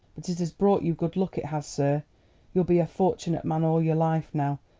but it has brought you good luck, it has, sir you'll be a fortunit man all your life now.